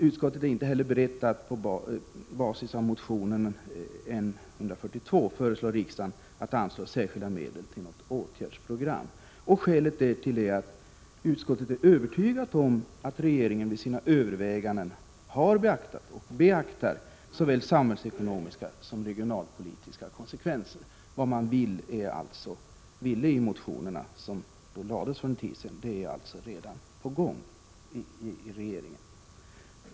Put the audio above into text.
Utskottet är inte heller berett att på basis av motionen N142 föreslå riksdagen att anslå särskilda medel för ett åtgärdsprogram. Skälet är att utskottet är övertygat om att regeringen i sina överväganden har beaktat och beaktar såväl samhällsekonomiska som regionalpolitiska konsekvenser. Vad motionärerna ville är alltså redan på gång.